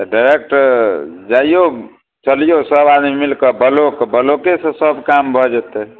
तऽ डाइरेक्ट जाइऔ चलिऔ सब आदमी मिलिकऽ ब्लॉक ब्लॉकेसँ सब काम भऽ जेतै